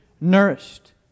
nourished